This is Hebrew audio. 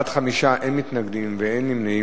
בעד, 5, אין מתנגדים ואין נמנעים.